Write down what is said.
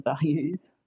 values